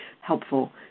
helpful